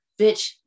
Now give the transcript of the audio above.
Bitch